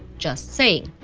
just saying.